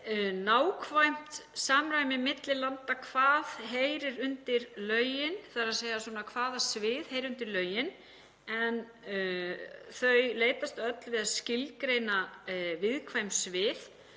nákvæmt samræmi milli landa hvað heyrir undir lögin, þ.e. hvaða svið heyra undir lögin, en þau leitast öll við að skilgreina viðkvæm svið.